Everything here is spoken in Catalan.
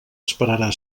esperarà